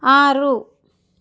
ಆರು